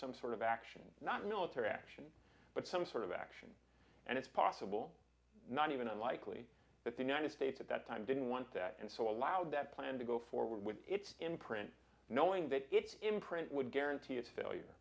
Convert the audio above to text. some sort of action not military action but some sort of action and it's possible not even unlikely that the united states at that time didn't want that and so allow that plan to go forward with its imprint knowing that it's imprint would guarantee its failure